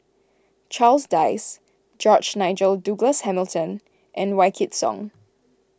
Charles Dyce George Nigel Douglas Hamilton and Wykidd Song